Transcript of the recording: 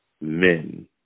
men